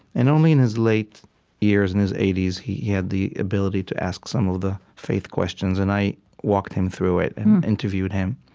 and only in his late years, in his eighty s, he had the ability to ask some of the faith questions, and i walked him through it and interviewed him.